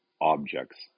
objects